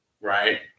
right